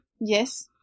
Yes